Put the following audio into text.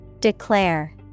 Declare